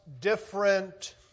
different